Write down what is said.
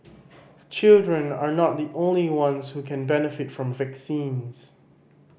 children are not the only ones who can benefit from vaccines